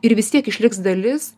ir vis tiek išliks dalis